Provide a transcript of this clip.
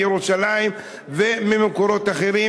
מירושלים וממקומות אחרים,